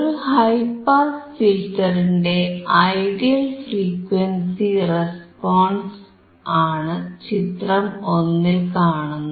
ഒരു high pass ഫിൽറ്ററിന്റെ ideal frequency response ആണ് ചിത്രം ഒന്നിൽ കാണുന്നത്